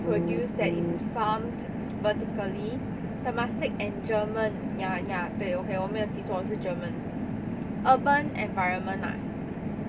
would use that is formed but the temasek and german ya they okay 我没有起床是 german urban environment